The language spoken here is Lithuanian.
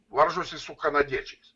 varžosi su kanadiečiais